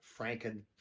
franken